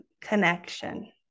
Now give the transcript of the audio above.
Connection